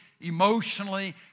emotionally